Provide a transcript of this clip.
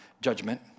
judgment